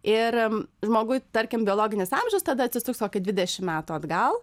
ir žmogui tarkim biologinis amžius tada atsisuks o dvidešim metų atgal